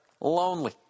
lonely